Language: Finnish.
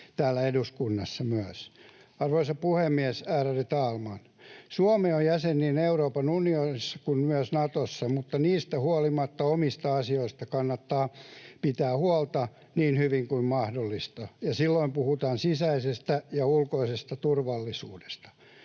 täällä eduskunnassa myös. Arvoisa puhemies, ärade talman! Suomi on jäsen niin Euroopan unionissa kuin myös Natossa, mutta siitä huolimatta omista asioista kannattaa pitää huolta niin hyvin kuin mahdollista, ja silloin puhutaan sisäisestä ja ulkoisesta turvallisuudesta.